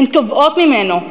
הן תובעות ממנו,